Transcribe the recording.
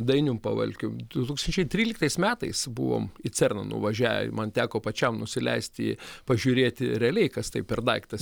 dainium pavalkiu du tūkstančiai tryliktais metais buvom į cerną nuvažiavę man teko pačiam nusileisti pažiūrėti realiai kas tai per daiktas